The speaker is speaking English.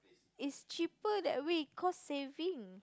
is cheaper that way cost saving